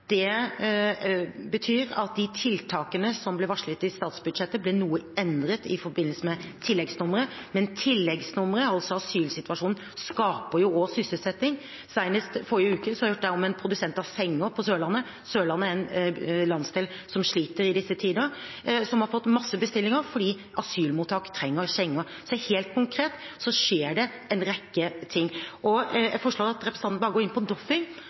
Det betyr at de tiltakene som ble varslet i statsbudsjettet, ble noe endret i forbindelse med tilleggsnummeret, men tilleggsnummeret, altså asylsituasjonen, skaper jo også sysselsetting. Senest forrige uke hørte jeg om en produsent av senger på Sørlandet – Sørlandet er en landsdel som sliter i disse tider – som har fått masse bestillinger, fordi asylmottak trenger senger. Så helt konkret skjer det en rekke ting. Jeg foreslår at representanten går inn på Doffin